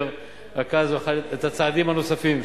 זה הצטמצם במקצת,